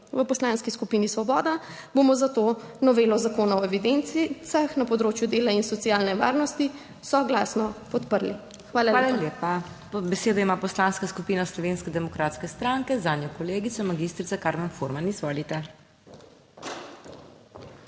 V Poslanski skupini Svoboda bomo zato novelo Zakona o evidencah na področju dela in socialne varnosti soglasno podprli. PODPREDSEDNICA MAG. MEIRA HOT: Hvala lepa. Besedo ima Poslanska skupina Slovenske demokratske stranke, zanjo kolegica magistrica Karmen Furman, izvolite.